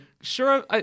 sure